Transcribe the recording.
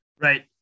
Right